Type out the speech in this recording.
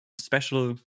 special